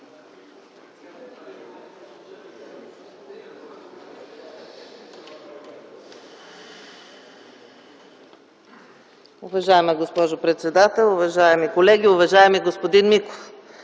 Уважаема госпожо председател, уважаеми колеги! Уважаеми господин Миков,